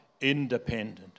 independent